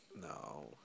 No